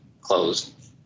closed